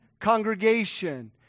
congregation